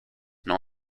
and